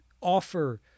offer